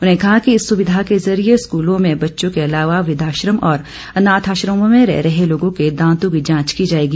उन्होंने कहा कि इस सुविधा के जरिए स्कूलों में बच्चों के अलावा वृद्धाश्रम और अनाथ आश्रमों में रह रहे लोगों के दांतों की जांच की जाएगी